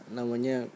Namanya